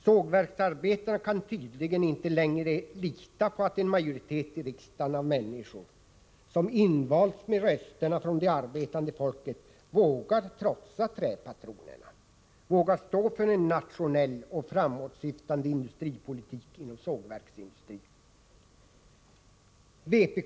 Sågverksarbetarna kan tydligen inte längre lita på att en majoritet i riksdagen av människor som invalts med rösterna från det arbetande folket vågar trotsa träpatronerna, vågar stå för en nationell och framåtsyftande industripolitik inom sågverksindustrin.